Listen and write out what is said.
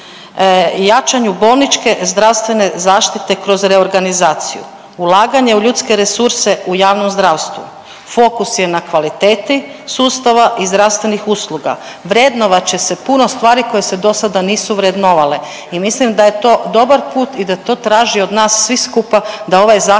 jačanju bolničke zdravstvene zaštite kroz reorganizaciju, ulaganje u ljudske resurse u javnom zdravstvu, fokus je na kvaliteti sustava i zdravstvenih usluga. Vrednovat će se puno stvari koje se do sada nisu vrednovale i mislim da je to dobar put i da to traži od nas svih skupa da ove izmjene